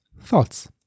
thoughts